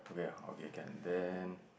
okay ya okay can then